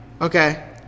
Okay